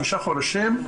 תשעה חודשים,